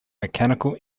mechanical